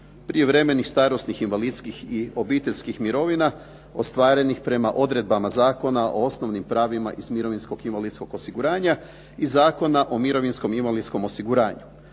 prijevremenih starosnih invalidskih i obiteljskih mirovina ostvarenih prema odredbama Zakona o osnovnim pravima iz mirovinskog invalidskog osiguranja i Zakona o mirovinskom i invalidskom osiguranju,